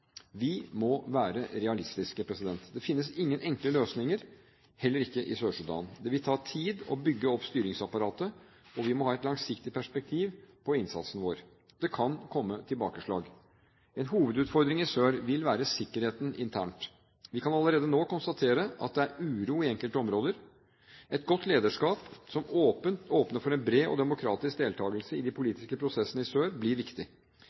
Vi må være realistiske. Det finnes ingen enkle løsninger, heller ikke i Sør-Sudan. Det vil ta tid å bygge opp styringsapparatet. Vi må ha et langsiktig perspektiv på innsatsen vår. Det kan komme tilbakeslag. En hovedutfordring i sør vil være sikkerheten internt. Vi kan allerede nå konstatere at det er uro i enkelte områder. Et godt lederskap som åpner for en bred og demokratisk deltakelse i de politiske prosessene i sør, blir viktig.